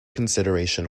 consideration